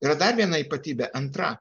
ir dar vieną ypatybė antra